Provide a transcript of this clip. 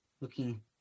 looking